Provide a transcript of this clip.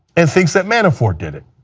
and thinks that manafort did it.